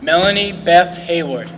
melanie beth hayward